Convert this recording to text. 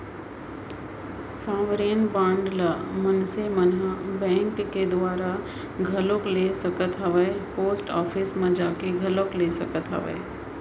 sovereign bond ल मनसे मन ह बेंक के दुवारा घलोक ले सकत हावय पोस्ट ऑफिस म जाके घलोक ले सकत हावय